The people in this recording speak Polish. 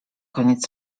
koniec